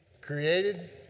Created